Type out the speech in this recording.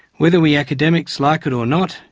whether we academics like it or not,